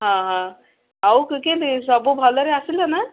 ହଁ ହଁ ଆଉ ତୁ କେମିତି ସବୁ ଭଲରେ ଆସିଲେ ନା